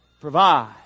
provide